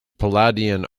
palladian